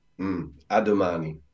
Adomani